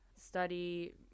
study